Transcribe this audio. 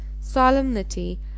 solemnity